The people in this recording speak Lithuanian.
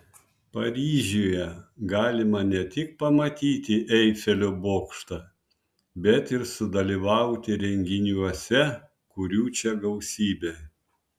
paryžiuje galima ne tik pamatyti eifelio bokštą bet ir sudalyvauti renginiuose kurių čia gausybė